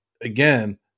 again